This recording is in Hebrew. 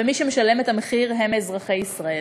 ומי שמשלם את המחיר זה אזרחי ישראל.